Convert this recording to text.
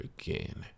again